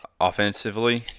offensively